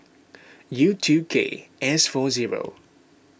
U two K S four zero